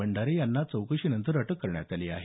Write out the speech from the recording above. भंडारे यांनाच चौकशीनंतर अटक करण्यात आली आहे